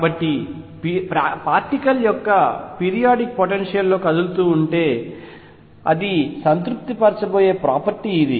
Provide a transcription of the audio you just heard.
కాబట్టి particle periodic potential లో కదులుతుంటే అది సంతృప్తి పరచబోయే ప్రాపర్టీ ఇది